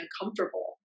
uncomfortable